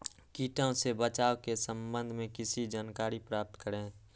किटो से बचाव के सम्वन्ध में किसी जानकारी प्राप्त करें?